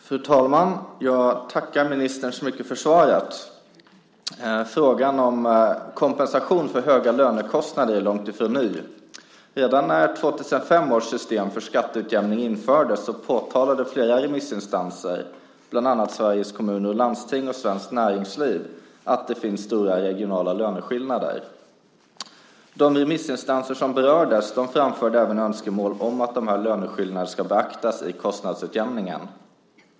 Fru talman! Jag tackar ministern så mycket för svaret. Frågan om kompensation för höga lönekostnader är långt ifrån ny. Redan när 2005 års system för skatteutjämning infördes påtalade flera remissinstanser, bland annat Sveriges Kommuner och Landsting och Svenskt Näringsliv, att det finns stora regionala löneskillnader. De remissinstanser som berördes framförde även önskemål om att de här löneskillnaderna skulle beaktas i kostnadsutjämningen.